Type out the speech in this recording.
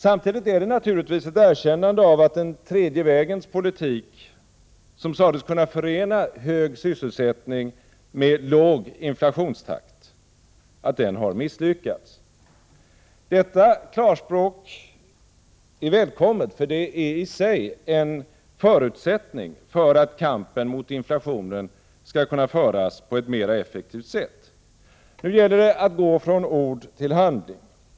Samtidigt är det naturligvis ett erkännande av att den tredje vägens politik, som sades kunna förena hög sysselsättning med låg inflationstakt, har misslyckats. Detta klarspråk är välkommet, därför att det är i sig en förutsättning för att kampen mot inflationen skall kunna föras på ett mera effektivt sätt. Nu gäller det att gå från ord til handling.